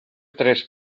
tres